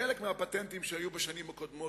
חלק מהפטנטים שהיו בשנים הקודמות,